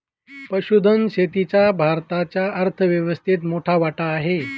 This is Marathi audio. पशुधन शेतीचा भारताच्या अर्थव्यवस्थेत मोठा वाटा आहे